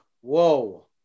whoa